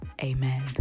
amen